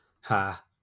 ha